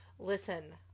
Listen